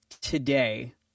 today